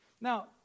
Now